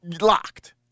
locked